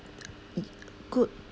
good